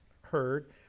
heard